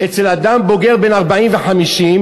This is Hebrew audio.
אצל אדם בוגר בן 40 ו-50.